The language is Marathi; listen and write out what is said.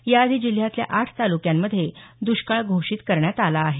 याअधी जिल्ह्यातल्या आठ तालुक्यांमध्ये दष्काळ घोषित करण्यात आला आहे